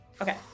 okay